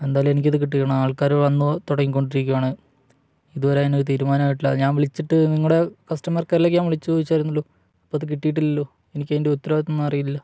എന്തായാലും എനിക്കത് കിട്ടണം ആൾക്കാര് വന്നു തുടങ്ങിക്കൊണ്ടിരിക്കുകയാണ് ഇതുവരെ അതിനൊരു തീരുമാനമായിട്ടില്ല ഞാൻ വിളിച്ചിട്ട് നിങ്ങളുടെ കസ്റ്റമർ കെയറിലേക്ക് ഞാന് വിളിച്ചു ചോദിച്ചായിരുന്നുവല്ലോ അപ്പോള് അത് കിട്ടിയിട്ടില്ലല്ലോ എനിക്ക് അതിൻ്റെ ഉത്തരവാദിത്തമൊന്നും അറിയില്ലല്ലോ